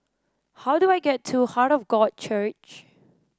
how do I get to Heart of God Church